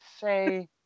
say